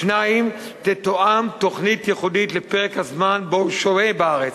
2. תתואם תוכנית ייחודית לפרק הזמן שבו הוא שוהה בארץ.